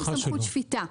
ואין סמכות שפיטה.